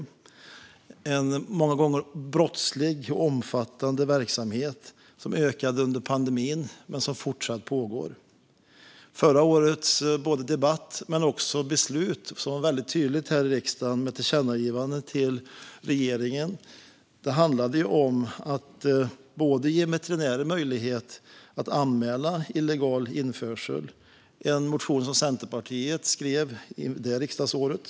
Det är en många gånger brottslig och omfattande verksamhet som ökade under pandemin och som fortfarande pågår. Förra årets debatt och tydliga beslut här i riksdagen med ett tillkännagivande till regeringen handlade om att ge veterinärer möjlighet att anmäla illegal införsel. Det var en motion som Centerpartiet skrev under riksdagsåret.